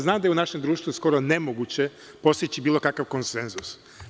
Znam da je u našem društvu skoro nemoguće postići bilo kakav konsenzus.